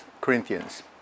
Corinthians